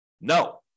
No